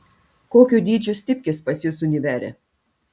kokio dydžio stipkės pas jus univere